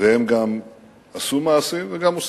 והם גם עשו מעשים וגם עושים.